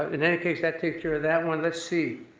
in any case, that takes care of that one. let's see.